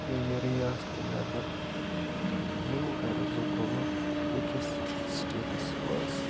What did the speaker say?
رِیاستہٕ نٮ۪بر ییٚمہِ غرضہٕ گوٚمُت بٮ۪کِس سِٹیٹس منٛز